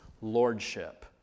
Lordship